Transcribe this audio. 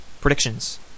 Predictions